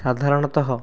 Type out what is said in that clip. ସାଧାରଣତଃ